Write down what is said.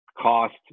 cost